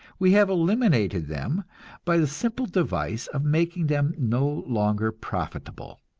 we have eliminated them by the simple device of making them no longer profitable.